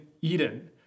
Eden